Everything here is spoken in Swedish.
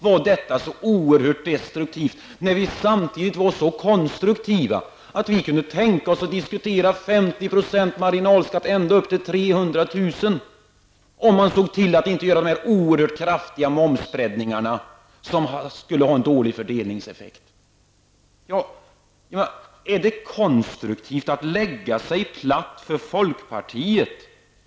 Var allt detta så destruktivt, när vi samtidigt var så konstruktiva att vi kunde tänka oss att diskutera kr., om man såg till att inte göra oerhört kraftiga momsbreddningar, som skulle ha en dålig fördelningseffekt? Är det konstruktivt att lägga sig platt för folkpartiet?